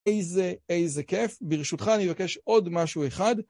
איזה, איזה כיף. ברשותך אני אבקש עוד משהו אחד.